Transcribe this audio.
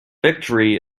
victory